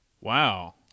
wow